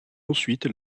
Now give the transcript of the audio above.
ensuite